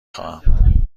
خواهم